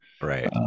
Right